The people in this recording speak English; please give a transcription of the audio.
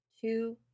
two